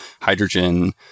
hydrogen